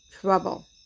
trouble